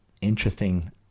interesting